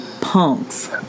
punks